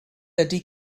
ydy